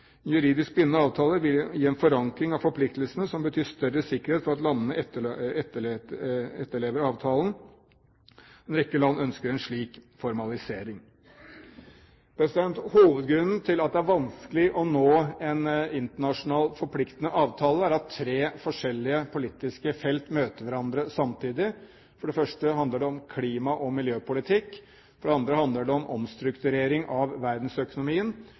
juridisk bindende avtale vil gi en forankring av forpliktelsene som betyr større sikkerhet for at landene etterlever avtalen. En rekke land ønsker en slik formalisering. Hovedgrunnen til at det er vanskelig å nå en internasjonal forpliktende avtale, er at tre forskjellige politiske felt møter hverandre samtidig. For det første handler det om klima- og miljøpolitikk, for det andre handler det om omstrukturering av verdensøkonomien,